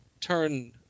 turn